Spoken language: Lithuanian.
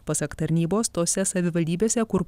pasak tarnybos tose savivaldybėse kur